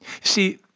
See